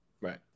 Right